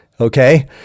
Okay